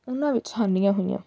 ਉਹਨਾਂ ਵਿੱਚ ਹਾਨੀਆਂ ਹੋਈਆਂ